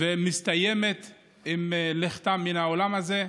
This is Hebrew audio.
ומסתיימת עם לכתם מן העולם הזה,